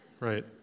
Right